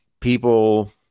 people